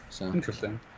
Interesting